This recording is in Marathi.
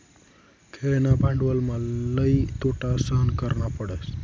खेळणा भांडवलमा लई तोटा सहन करना पडस